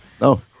No